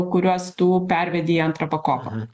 kuriuos tų pervedi į antrą pakopą